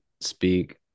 speak